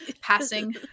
passing